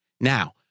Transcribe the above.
Now